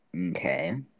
Okay